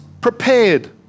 prepared